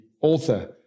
author